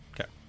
Okay